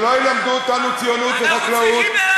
שלא ילמדו אותנו ציונות וחקלאות.